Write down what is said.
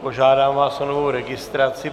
Požádám vás o novou registraci.